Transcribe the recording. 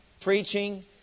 preaching